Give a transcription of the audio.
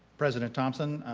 president thomson,